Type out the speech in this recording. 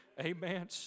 Amen